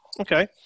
Okay